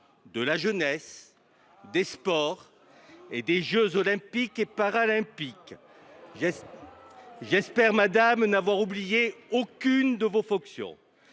de la jeunesse, des sports et des jeux Olympiques et Paralympiques. J’espère, madame, n’avoir oublié aucune de vos fonctions…